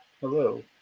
hello